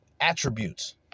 attributes